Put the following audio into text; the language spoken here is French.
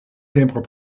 timbres